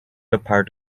apart